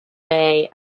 may